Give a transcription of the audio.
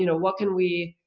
you know what can we